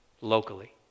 Locally